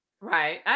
right